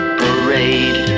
parade